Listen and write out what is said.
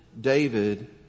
David